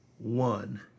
One